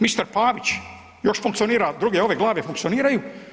Mister Pavić još funkcionira, druge ove glave funkcioniraju.